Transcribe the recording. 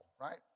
right